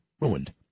ruined